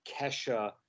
Kesha